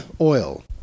oil